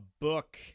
book